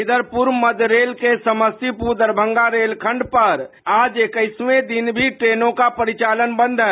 इधर पूर्व मध्य रेल के समस्तीपुर दरमंगा रेल खंड पर आज इक्कीसवें दिन भी ट्रेनों का परिचालन बंद है